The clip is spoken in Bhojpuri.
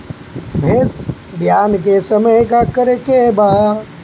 भैंस ब्यान के समय का करेके बा?